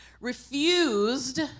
refused